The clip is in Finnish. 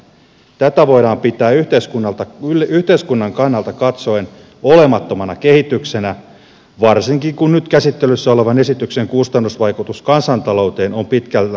tätä voidaan pitää yhteiskunnan kannalta katsoen olemattomana kehityksenä varsinkin kun nyt käsittelyssä olevan esityksen kustannusvaikutus kansantalouteen on pitkällä tähtäimellä neutraali